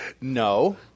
No